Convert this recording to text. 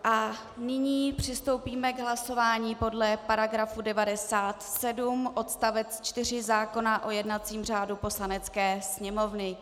A nyní přistoupíme k hlasování podle § 97 odst. 4 zákona o jednacím řádu Poslanecké sněmovny.